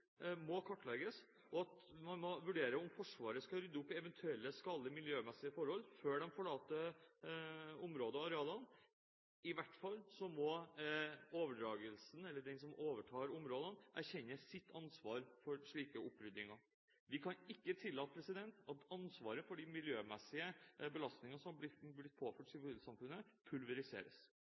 må kartlegges, og man må vurdere om Forsvaret skal rydde opp i eventuelle skadelige miljømessige forhold før de forlater områdene, i hvert fall må de som overtar områdene, erkjenne sitt ansvar for oppryddingen. Vi kan ikke tillate at ansvaret for de miljømessige belastningene som er blitt påført sivilsamfunnet, pulveriseres.